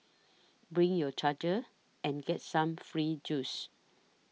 bring your charger and get some free juice